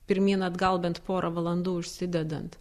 pirmyn atgal bent porą valandų užsidedant